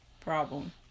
problem